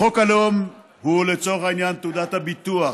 חוק הלאום הוא לצורך העניין תעודת הביטוח